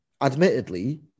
admittedly